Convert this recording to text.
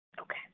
Okay